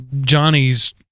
Johnny's